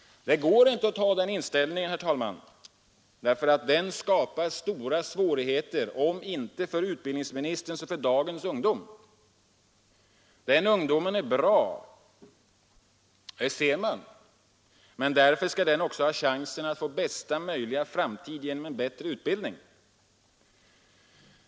Det går inte att ha den inställningen, herr talman, därför att den skapar stora svårigheter, om inte för utbildningsministern så för dagens ungdom. Den ungdomen är bra, det ser man, men därför skall den också ha chansen att få bästa möjliga framtid genom en bättre utbildning.